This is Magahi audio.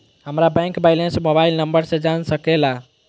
हमारा बैंक बैलेंस मोबाइल नंबर से जान सके ला?